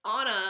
Anna